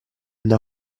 andò